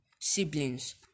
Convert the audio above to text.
siblings